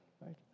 Right